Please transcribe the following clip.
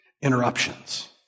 interruptions